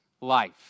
life